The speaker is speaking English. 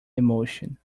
emotion